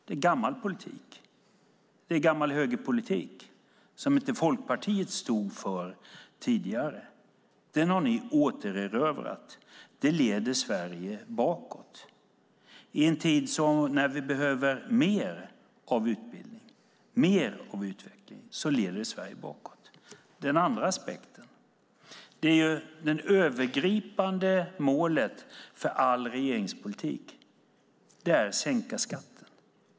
Det är gammal högerpolitik som Folkpartiet inte stod för tidigare. Det har ni återerövrat, och det leder Sverige bakåt. I en tid när vi behöver mer utbildning och utveckling leder det Sverige bakåt. För det andra är det övergripande målet för all regeringspolitik att sänka skatten.